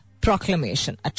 proclamation